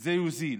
זה יוזיל.